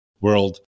world